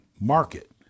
market